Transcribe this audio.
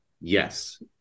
Yes